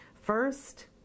First